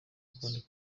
kwandika